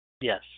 Yes